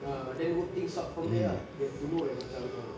ah then work things out from there ah you have to know like macam oh